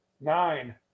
Nine